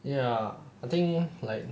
ya I think like